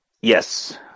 Yes